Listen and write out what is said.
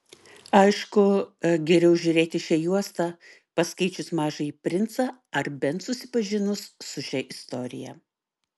aišku geriau žiūrėti šią juostą paskaičius mažąjį princą ar bent susipažinus su šia istorija